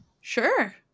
Sure